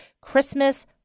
Christmas